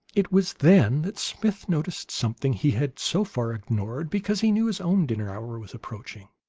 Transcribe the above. it was then that smith noticed something he had so far ignored because he knew his own dinner hour was approaching.